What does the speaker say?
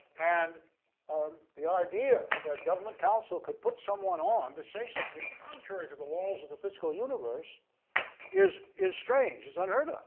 and um the idea that government counsel could put someone on to say something contrary to the laws of the physical universe is is strange, is unheard